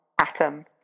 atom